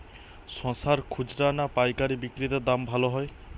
শশার খুচরা না পায়কারী বিক্রি তে দাম ভালো হয়?